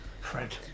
Fred